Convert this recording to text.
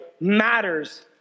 matters